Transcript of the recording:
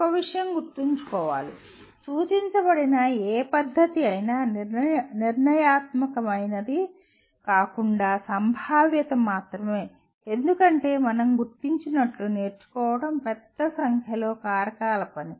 ఒక విషయం గుర్తుంచుకోవాలి సూచించబడిన ఏ పద్దతి అయినా నిర్ణయాత్మకమైనది కాకుండా సంభావ్యత మాత్రమే ఎందుకంటే మనం గుర్తించినట్లు నేర్చుకోవడం పెద్ద సంఖ్యలో కారకాల పని